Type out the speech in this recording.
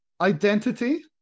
Identity